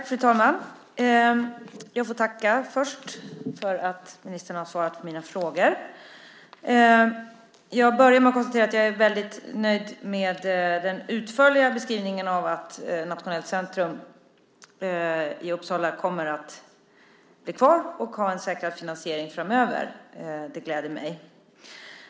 Fru talman! Jag får först tacka för att ministern har svarat på mina frågor. Jag börjar med att konstatera att jag är väldigt nöjd med den utförliga beskrivningen av att Nationellt centrum i Uppsala kommer att bli kvar och ha en säkrad finansiering framöver. Det gläder mig.